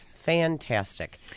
Fantastic